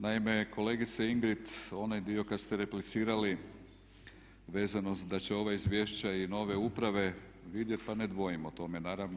Naime, kolegice Ingrid onaj dio kad ste replicirali vezano da će ova izvješća i nove uprave vidjeti pa ne dvojim o tome naravno.